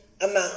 amount